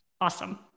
Awesome